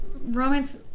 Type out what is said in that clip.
romance